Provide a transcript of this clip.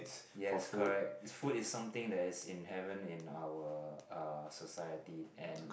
yes correct food is something that is inherent in our uh society and